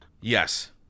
Yes